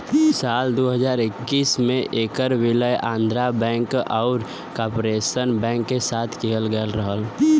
साल दू हज़ार इक्कीस में ऐकर विलय आंध्रा बैंक आउर कॉर्पोरेशन बैंक के साथ किहल गयल रहल